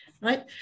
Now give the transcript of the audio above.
Right